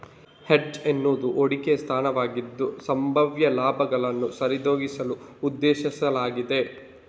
hedge ಎನ್ನುವುದು ಹೂಡಿಕೆಯ ಸ್ಥಾನವಾಗಿದ್ದು, ಸಂಭಾವ್ಯ ಲಾಭಗಳನ್ನು ಸರಿದೂಗಿಸಲು ಉದ್ದೇಶಿಸಲಾಗಿದೆ